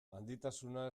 handitasuna